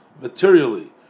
materially